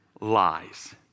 lies